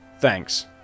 Thanks